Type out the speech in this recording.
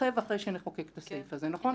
יתרחב אחרי שנחוקק את הסעיף הזה, נכון?